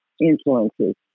Influences